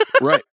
Right